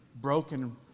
broken